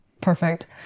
Perfect